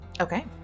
Okay